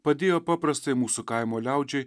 padėjo paprastai mūsų kaimo liaudžiai